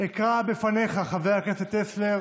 אקרא בפניך, חבר הכנסת טסלר